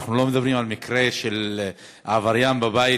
אנחנו לא מדברים על מקרה של עבריין בבית,